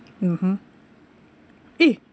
mmhmm eh